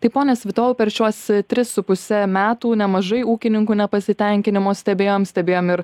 tai ponas svitojau per šiuos tris su puse metų nemažai ūkininkų nepasitenkinimo stebėjom stebėjom ir